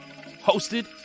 hosted